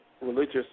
religious